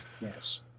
Yes